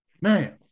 man